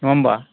नङा होनबा